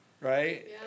Right